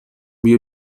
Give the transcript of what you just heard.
بیا